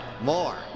More